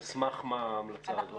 על סמך מה ההמלצה הזאת?